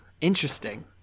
Interesting